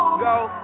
go